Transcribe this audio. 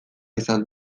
izan